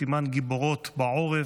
בסימן גיבורות בעורף,